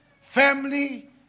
family